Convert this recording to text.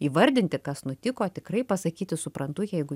įvardinti kas nutiko tikrai pasakyti suprantu jeigu